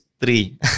three